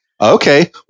Okay